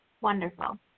Wonderful